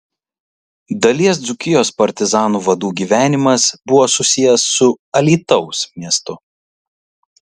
dalies dzūkijos partizanų vadų gyvenimas buvo susijęs su alytaus miestu